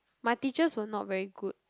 my teachers were not very good